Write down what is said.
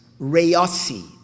reyasi